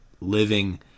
living